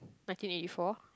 nineteen eighty four